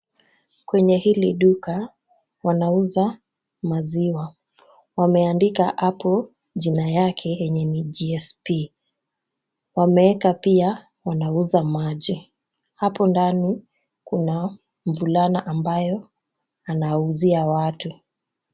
Kwenye hili duka wanauza maziwa, wameandika hapo jina yake yenye ni GSP,wameweka pia wanauza maji, hapo ndani kuna mvulana ambayo anauzia watu .